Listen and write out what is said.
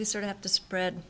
we sort of have to spread